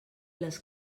les